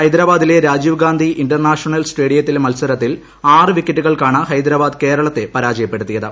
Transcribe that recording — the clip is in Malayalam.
ഹൈദരാബാദിലെ രാജീവ്ഗാന്ധി ഇന്റർ നാഷണൽ സ്റ്റേഡിയത്തിലെ മത്സരത്തിൽ ആറ് വിക്കറ്റുകൾക്കാണ് ഹൈദരാബാദ് കേരളത്തെ പരാജയപ്പെടുത്തിയത്